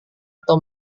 atau